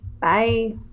Bye